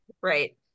Right